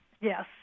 Yes